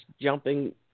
jumping